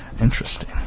Interesting